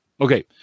Okay